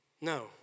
No